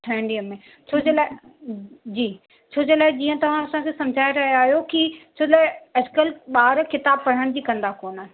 छहनि ॾींहंनि में छो जे लाइ जी छो जे लाइ जीअं तव्हां असांखे समुझाए रहिया आहियो कि छो जे लाइ अॼुकल्ह ॿार किताबु पढ़ण जी कंदा कोननि